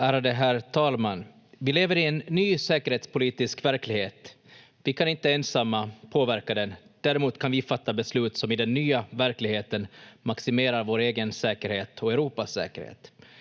Ärade herr talman! Vi lever i en ny säkerhetspolitisk verklighet. Vi kan inte ensamma påverka den. Däremot kan vi fatta beslut som i den nya verkligheten maximerar vår egen säkerhet och Europas säkerhet.